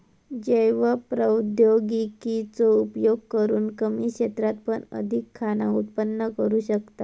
जैव प्रौद्योगिकी चो उपयोग करून कमी क्षेत्रात पण अधिक खाना उत्पन्न करू शकताव